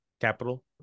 Capital